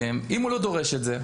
אם הוא לא דורש את זה,